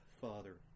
Father